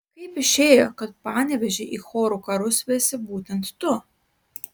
kaip išėjo kad panevėžį į chorų karus vesi būtent tu